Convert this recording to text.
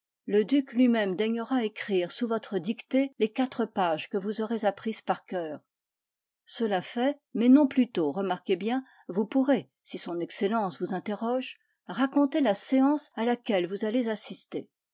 le duc lui-même daignera écrire sous votre dictée les quatre pages que vous aurez apprises par coeur cela fait mais non plus tôt remarquez bien vous pourrez si son excellence vous interroge raconter la séance à laquelle vous allez assister